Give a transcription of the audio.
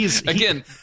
again